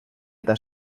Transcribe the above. eta